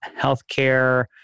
healthcare